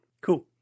Cool